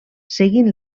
seguint